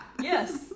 Yes